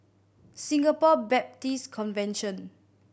Singapore Baptist Convention